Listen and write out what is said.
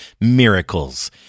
Miracles